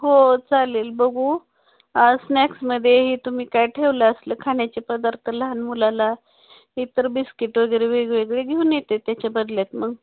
हो चालेल बघू स्नॅक्समध्येही तुम्ही काय ठेवलं असलं खाण्याचे पदार्थ लहान मुलाला इतर बिस्किट वगैरे वेगवेगळे घेऊन येते त्याच्या बदल्यात मग